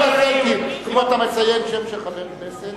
אם אתה מציין שם של חבר כנסת,